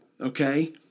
Okay